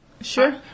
sure